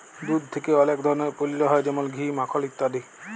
দুধ থেক্যে অলেক ধরলের পল্য হ্যয় যেমল ঘি, মাখল ইত্যাদি